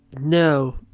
No